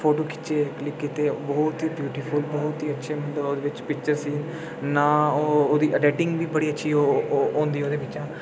फोटू खिच्चे क्लिक कीते बहुत ई अच्छे बहुत ई ब्यूटीफुल बहुत ई अच्छे ओह्दे पिक्चर ही ना ओह् ओह्दी एडिंटिंग बी अच्छी होंदी ओह्दे बिच्चा